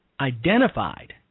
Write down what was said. identified